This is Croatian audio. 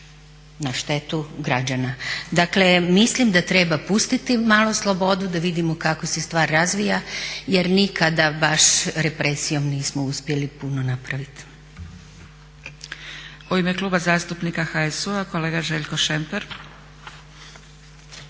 na štetu građana. Dakle mislim da treba pustiti malo slobode, da vidimo kako se stvar razvija jer nikada baš represijom nismo uspjeli puno napraviti.